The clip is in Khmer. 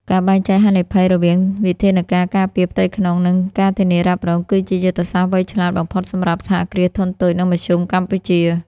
ការបែងចែកហានិភ័យរវាងវិធានការការពារផ្ទៃក្នុង និង ការធានារ៉ាប់រង គឺជាយុទ្ធសាស្ត្រវៃឆ្លាតបំផុតសម្រាប់ សហគ្រាសធុនតូច និងមធ្យម កម្ពុជា។